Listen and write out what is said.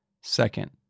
Second